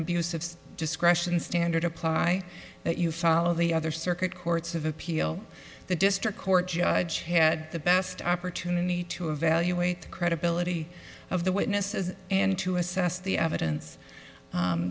of discretion standard apply that you follow the other circuit courts of appeal the district court judge had the best opportunity to evaluate the credibility of the witnesses and to assess the evidence